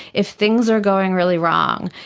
if things are going really wrong.